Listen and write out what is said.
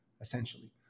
essentially